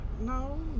No